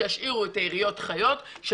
שישאירו את העיריות חיות,